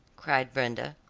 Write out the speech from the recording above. cried brenda.